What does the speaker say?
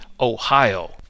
Ohio